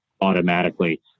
automatically